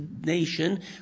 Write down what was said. nation